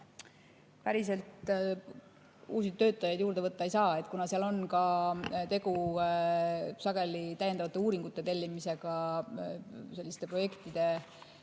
päriselt uusi töötajaid juurde võtta ei saa. Kuna seal on ka tegu sageli täiendavate uuringute tellimisega, selliste projektide